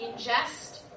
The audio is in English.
ingest